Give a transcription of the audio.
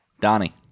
Donnie